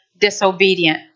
disobedient